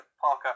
Parker